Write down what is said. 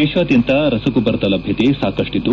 ದೇಶಾದ್ಯಂತ ರಸಗೊಬ್ಬರದ ಲಭ್ಯತೆ ಸಾಕಷ್ಟಿದ್ದು